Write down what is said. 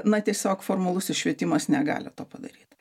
na tiesiog formalusis švietimas negali to padaryt